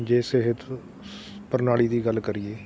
ਜੇ ਸਿਹਤ ਪ੍ਰਣਾਲੀ ਦੀ ਗੱਲ ਕਰੀਏ